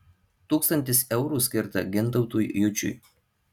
tūkstantis eurų skirta gintautui jučiui